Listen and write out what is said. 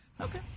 Okay